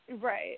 Right